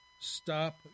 Stop